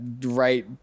right